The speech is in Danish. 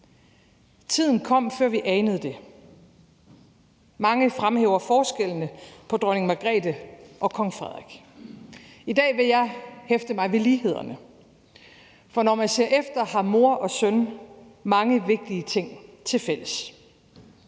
Tiden kom, før vi anede det. Mange fremhæver forskellene på dronning Margrethe og kong Frederik. I dag vil jeg hæfte mig ved lighederne, for når man ser efter, har mor og søn mange vigtige ting tilfælles.